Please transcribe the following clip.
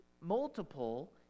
Multiple